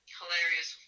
hilarious